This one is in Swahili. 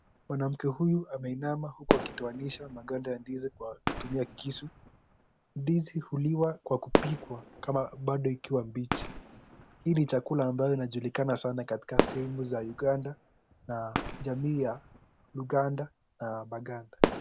Mwanamke huyu ameinama huku akitowanisha maganda ya ndizi kwa kutumia kisu, ndizi huliwa kwa kupikwa kama bado ikiwa mbichi, hii Ni chakula ambayo inajulikana sana katika sehemu za Uganda na jamii ya Luganda na Baganda.